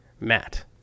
Matt